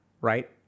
right